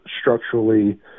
structurally